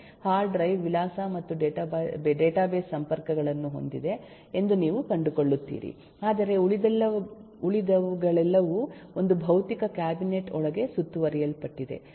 hard drive ವಿಳಾಸ ಮತ್ತು database ಸಂಪರ್ಕಗಳನ್ನು ಹೊಂದಿದೆ ಎಂದು ನೀವು ಕಂಡುಕೊಳ್ಳುತ್ತೀರಿ ಆದರೆ ಉಳಿದವುಗಳೆಲ್ಲವೂ ಒಂದು ಭೌತಿಕ ಕ್ಯಾಬಿನೆಟ್ ಒಳಗೆ ಸುತ್ತುವರಿಯಲ್ಪಟ್ಟಿದೆ